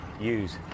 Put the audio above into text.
use